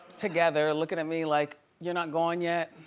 together, lookin' at me like, you're not going yet?